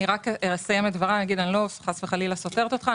אני לא חס וחלילה סותרת אותך.